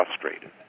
frustrated